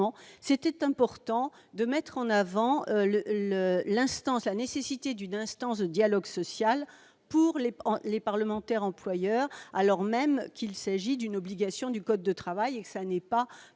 effet important de mettre en avant la nécessité d'une instance de dialogue social pour les parlementaires employeurs, dès lors qu'il s'agit d'une obligation du code de travail. Notre amendement